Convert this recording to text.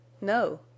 No